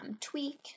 tweak